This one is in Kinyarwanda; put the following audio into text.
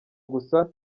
gusa